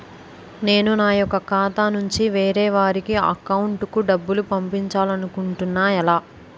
నేను నా యెక్క ఖాతా నుంచి వేరే వారి అకౌంట్ కు డబ్బులు పంపించాలనుకుంటున్నా ఎలా?